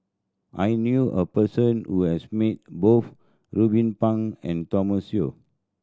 I knew a person who has meet both Ruben Pang and Thomas Yeo